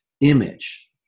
image